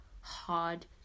hard